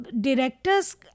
directors